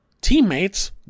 teammates